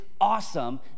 awesome